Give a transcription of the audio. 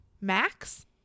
Max